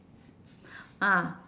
ah